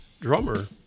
drummer